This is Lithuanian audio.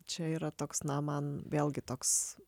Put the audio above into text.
čia yra toks na man vėlgi toks